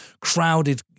crowded